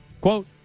Quote